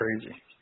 crazy